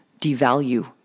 devalue